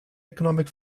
economic